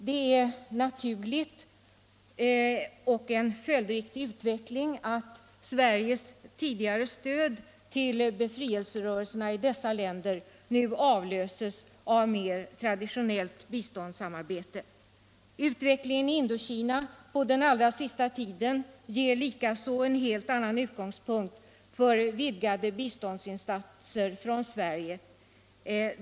Det ären naturlig och följdriktig utveckling att Sveriges tidigare stöd till befrielserörelserna i dessa länder nu avlöses av mer traditionellt biståndssamarbete. Utvecklingen i Indokina under den allra senaste tiden ger likaså en helt annan utgångspunkt för vidgade biståndsinsatser från Sverige.